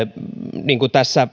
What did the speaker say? niin kuin tässä